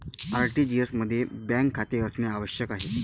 RTGS मध्ये bank खाते असणे आवश्यक आहे